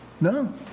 No